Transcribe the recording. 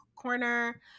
corner